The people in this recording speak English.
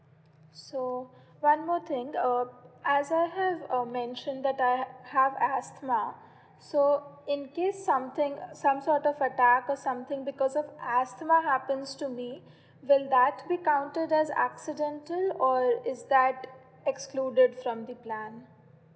so one more thing uh as I have uh mentioned that I have asthma so in case something uh some sort of attack or something because of asthma happens to me will that be counted as accidental or is that excluded from the plan